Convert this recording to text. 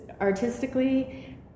artistically